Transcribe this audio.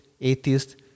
atheist